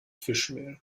fischmehl